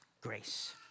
grace